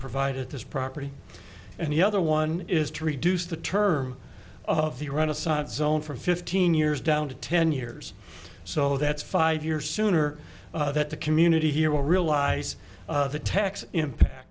provided at this property and the other one is to reduce the term of the renaissance zone for fifteen years down to ten years so that's five years sooner that the community here will realize the tax